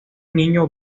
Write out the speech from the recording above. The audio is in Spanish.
niño